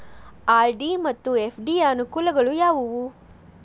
RD ಮತ್ತು FD ಯ ಅನುಕೂಲಗಳು ಯಾವವು?